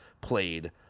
played